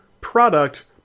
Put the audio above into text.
product